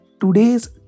today's